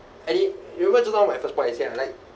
a~ i~ you remember just now my first point I say I like